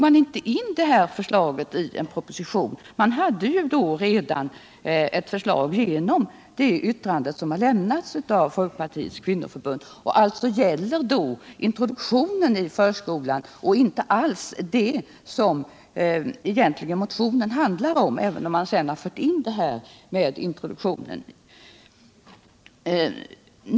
Man hade ju då redan ett förslag, nämligen i det yttrande som har lämnats av Folkpartiets kvinnoförbund och som alltså gäller introduktionen i förskolan, inte alls det som motionen 438 egentligen handlar om, även om man i denna motion också talar om introduktion.